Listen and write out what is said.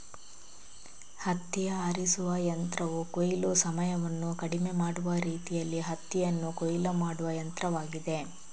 ಹತ್ತಿ ಆರಿಸುವ ಯಂತ್ರವು ಕೊಯ್ಲು ಸಮಯವನ್ನು ಕಡಿಮೆ ಮಾಡುವ ರೀತಿಯಲ್ಲಿ ಹತ್ತಿಯನ್ನು ಕೊಯ್ಲು ಮಾಡುವ ಯಂತ್ರವಾಗಿದೆ